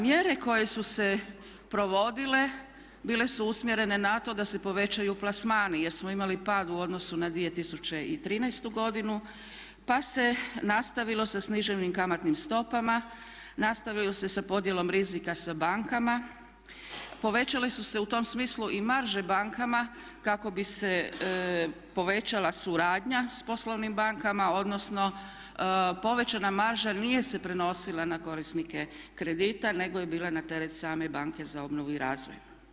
Mjere koje su se provodile bile su usmjerene na to da se povećaju plasmani jer smo imali pad u odnosu na 2013. godinu, pa se nastavilo sa sniženim kamatnim stopama, nastavilo se sa podjelom rizika sa bankama, povećale su se u tom smislu i marže bankama kako bi se povećala suradnja sa poslovnim bankama, odnosno povećana marža nije se prenosila na korisnike kredita nego je bila na teret same banke za obnovu i razvoj.